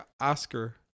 Oscar